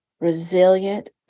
resilient